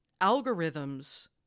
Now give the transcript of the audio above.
algorithms